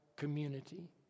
community